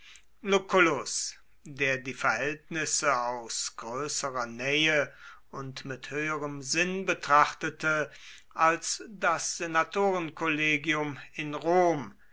der die verhältnisse aus größerer nähe und mit höherem sinn betrachtete als das senatorenkollegium in rom